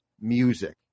music